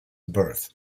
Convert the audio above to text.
birth